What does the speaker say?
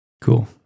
cool